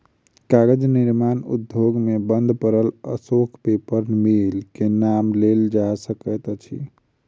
कागज निर्माण उद्योग मे बंद पड़ल अशोक पेपर मिल के नाम लेल जा सकैत अछि